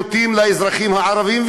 וגם עם השירותים לאזרחים הערבים,